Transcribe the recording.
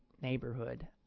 neighborhood